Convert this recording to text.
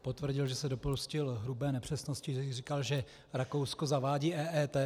Potvrdil, že se dopustil hrubé nepřesnosti, že tady říkal, že Rakousko zavádí EET.